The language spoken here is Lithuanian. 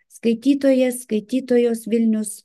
skaitytojas skaitytojos vilnius